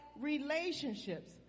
relationships